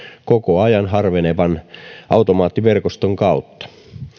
koko ajan harvenevan automaattiverkoston kautta